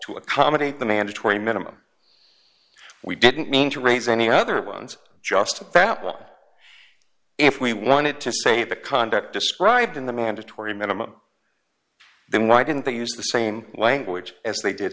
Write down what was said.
to accommodate the mandatory minimum we didn't mean to raise any other ones just a battle if we wanted to say the conduct described in the mandatory minimum then why didn't they use the same language as they did